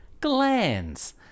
glands